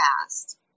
past